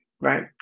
Right